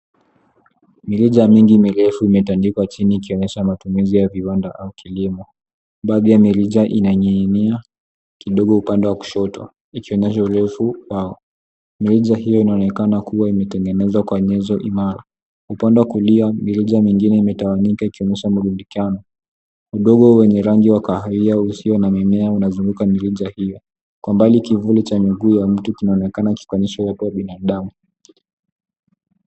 Mirija mingi mirefu imetandikwa chini, ikionyesha matumizi ya viwanda au kilimo. Baadhi ya mirija inang'ingi'nia kidogo upande wa kushoto, ikionyesha urefu wao. Mirija hiyo inaonekana kuwa imetengenezwa kwa nyenzo imara. Kwa upande wa kulia, mirija mingine imetawanika ikionyesha mrudikano. Udongo wa rangi ya kahawia usio na mimea unazunguka mirija hio. Kwa mbali, kivuli cha miguu ya mtu kinaonekana kikionyesha uwepo wa binadamu.